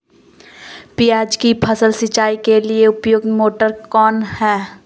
प्याज की फसल सिंचाई के लिए उपयुक्त मोटर कौन है?